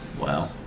Wow